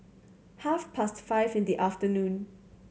half past five in the afternoon